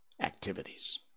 activities